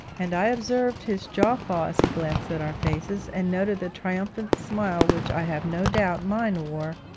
and i observed his jaw fall as he glanced at our faces, and noted the triumphant smile which i have no doubt mine wore,